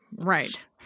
Right